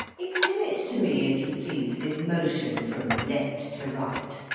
exhibit to me, if you please, this motion from left to right.